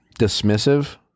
dismissive